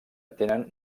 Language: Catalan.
tenen